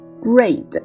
Grade